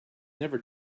never